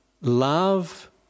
love